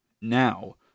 now